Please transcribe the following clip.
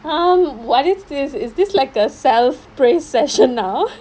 um what is this is this like a self praise session now